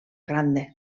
grande